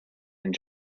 and